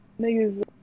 niggas